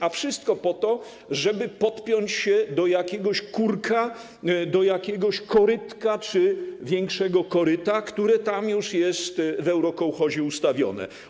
A wszystko po to, żeby podpiąć się do jakiegoś kurka, do jakiegoś korytka czy większego koryta, które tam już jest w eurokołchozie ustawione.